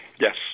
Yes